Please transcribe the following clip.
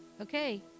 okay